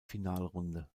finalrunde